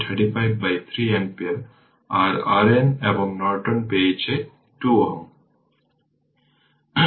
R RN এবং Norton পেয়েছে 2 Ω